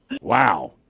Wow